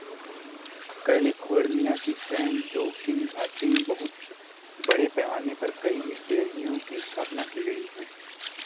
California की San Joaquin घाटी में बहुत बड़े पैमाने पर कई डेयरियों की स्थापना की गई है